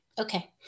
Okay